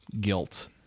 guilt